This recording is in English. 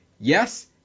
Yes